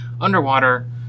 underwater